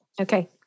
Okay